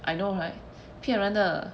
I know right 骗人的